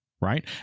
Right